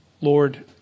Lord